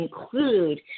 include